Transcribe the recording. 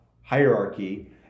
hierarchy